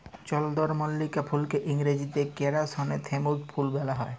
চলদরমল্লিকা ফুলকে ইংরাজিতে কেরাসনেথেমুম ফুল ব্যলা হ্যয়